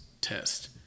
test